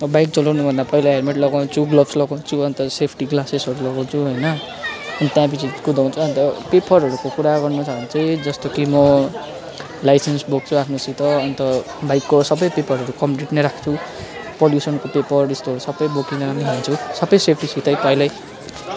म बाइक चलाउनुभन्दा पहिला हेलमेट लगाउँछु ग्लोब्स लगाउँछु अन्त सेफ्टी ग्लासेसहरू लगाउँछु होइन अनि त्यहाँपिछे कुदाउँछु अन्त पेपरहरूको कुरा गर्नु छ भने चाहिँ जस्तो कि म लाइसिन्स बोक्छु आफ्नोसित अन्त बाइकको सबै पेपरहरू कम्प्लिट नै राख्छु पल्युसनको पेपर यस्तोहरू सबै बोकेर नै हिँड्छु सबै सेफ्टीसितै पहिल्यै